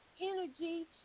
energy